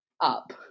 up